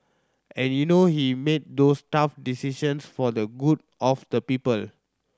and you know he made those tough decisions for the good of the people